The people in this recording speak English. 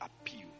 appeal